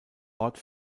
ort